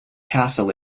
castle